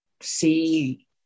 see